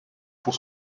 pour